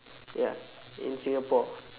ya in singapore